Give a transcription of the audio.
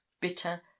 bitter